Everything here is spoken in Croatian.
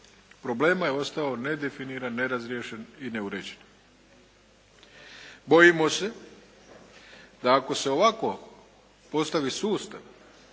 problema je ostao nedefiniran, nerazriješen i neuređen. Bojimo se da ako se ovako postavi sustav